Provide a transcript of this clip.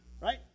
right